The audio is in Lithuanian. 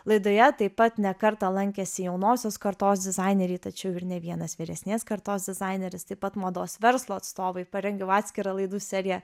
laidoje taip pat ne kartą lankėsi jaunosios kartos dizaineriai tačiau ir ne vienas vyresnės kartos dizaineris taip pat mados verslo atstovai parengiau atskirą laidų seriją